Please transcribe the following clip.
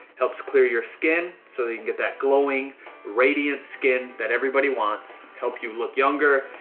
helps clear your skin, so you get that glowing radiant skin that everybody wants, help you look younger,